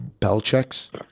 Belichick's